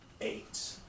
Eight